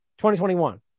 2021